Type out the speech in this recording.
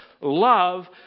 Love